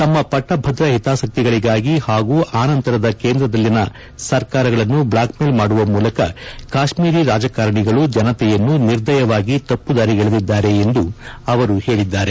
ತಮ್ನ ಪಟ್ಟಭದ್ರ ಹಿತಾಸಕ್ತಿಗಳಿಗಾಗಿ ಹಾಗೂ ಆನಂತರದ ಕೇಂದ್ರದಲ್ಲಿನ ಸರ್ಕಾರಗಳನ್ನು ಬ್ಲಾಕ್ಮೇಲ್ ಮಾಡುವ ಮೂಲಕ ಕಾಶ್ಮೀರಿ ರಾಜಕಾರಣಿಗಳು ಜನತೆಯನ್ನು ನಿರ್ದಯವಾಗಿ ತಪ್ಪುದಾರಿಗೆಳೆದಿದ್ದಾರೆ ಎಂದು ಅವರು ಹೇಳದ್ದಾರೆ